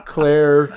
Claire